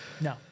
no